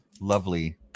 lovely